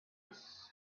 its